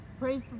Praise